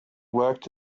worked